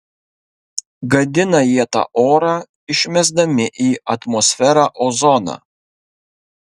gadina jie tą orą išmesdami į atmosferą ozoną